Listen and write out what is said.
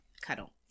cuddle